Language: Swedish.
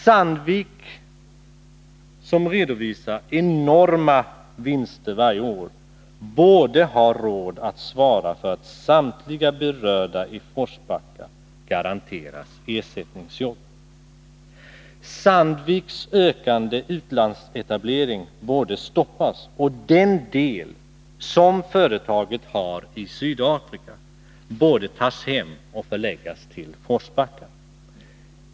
Sandvik, som redovisar enorma vinster varje år, borde ha råd att svara för att samtliga berörda i Forsbacka garanteras ersättningsjobb. Sandviks ökande utlandsetablering borde stoppas, och den del som företaget har i Sydafrika borde tas hem och förläggas till Forsbacka.